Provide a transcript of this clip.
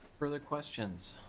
further questions?